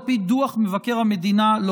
על פי דוח מבקר המדינה.